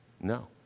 no